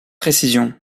précision